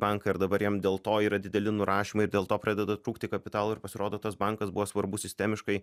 banką ir dabar jam dėl to yra dideli nurašymai dėl to pradeda trūkti kapitalo ir pasirodo tas bankas buvo svarbus sistemiškai